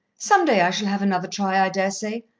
some day i shall have another try, i daresay.